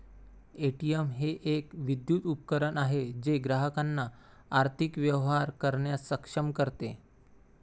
ATM हे एक विद्युत उपकरण आहे जे ग्राहकांना आर्थिक व्यवहार करण्यास सक्षम करते